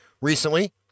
recently